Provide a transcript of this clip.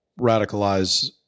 radicalize